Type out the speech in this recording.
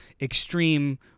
extreme